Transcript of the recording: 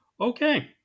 Okay